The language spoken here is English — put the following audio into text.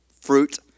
Fruit